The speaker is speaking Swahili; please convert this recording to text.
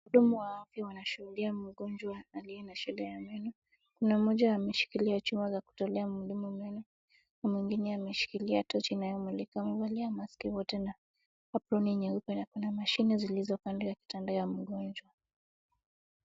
Mhudumu wa afya wanashughulikia mgonjwa aliye na shida ya meno na mmoja ameshikilia chuma za kutolea meno, mwingine ameshikilia tochi inayomulika . Wamevalia maski wote na apron nyeupe na kuna mashini zilizo pande ya kitanda ya mgonjwa.